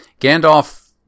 Gandalf